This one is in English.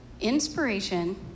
Inspiration